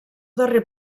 darrer